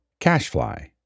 Cashfly